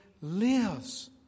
lives